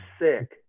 sick